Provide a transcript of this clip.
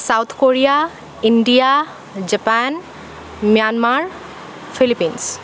south Korea India Japan Myanmar Philippines